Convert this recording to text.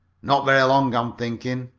not very long, i'm thinking,